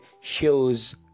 shows